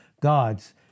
gods